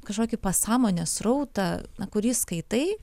kažkokį pasąmonės srautą na kurį skaitai